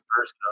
first